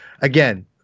again